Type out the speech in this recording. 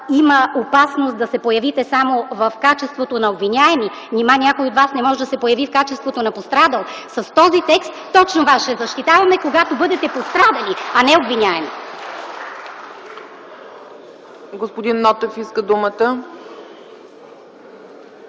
има опасност да се появите само в качеството на обвиняеми? Нима някой от вас не може да се появи в качеството на пострадал? (Ръкопляскания от ГЕРБ.) С този текст точно вас ще защитаваме, когато бъдете пострадали, а не обвиняеми.